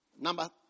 number